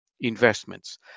investments